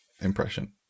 impression